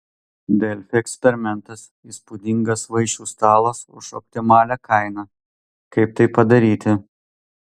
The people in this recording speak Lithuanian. delfi eksperimentas įspūdingas vaišių stalas už optimalią kainą kaip tai padaryti